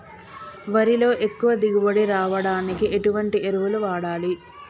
వరిలో ఎక్కువ దిగుబడి రావడానికి ఎటువంటి ఎరువులు వాడాలి?